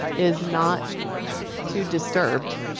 is not too disturbed,